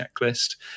checklist